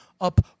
up